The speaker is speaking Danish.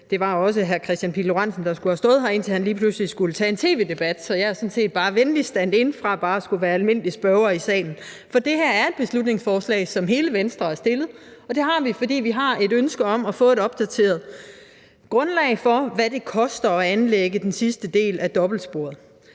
at det også var hr. Kristian Pihl Lorentzen, der skulle have stået her, indtil han lige pludselig skulle tage en tv-debat, så jeg er sådan set venlig standin i stedet for bare at være almindelig spørger i salen. For det her er et beslutningsforslag, som hele Venstre har fremsat, og det har vi, fordi vi har et ønske om at få et opdateret grundlag for, hvad det koster at anlægge den sidste del af dobbeltsporet.